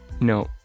No